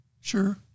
sure